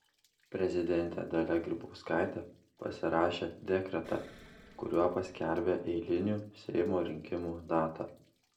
prezidentė dalia grybauskaitė pasirašė dekretą kuriuo paskelbė eilinių seimo rinkimų datą